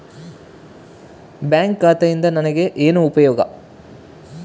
Bank ಖಾತೆಯಿಂದ ನನಗೆ ಏನು ಉಪಯೋಗ?